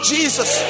Jesus